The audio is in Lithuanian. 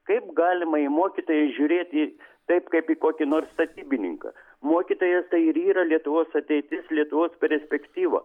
kaip galimai į mokytoją žiūrėti taip kaip į kokį nors statybininką mokytojas tai yra lietuvos ateitis lietuvos perspektyva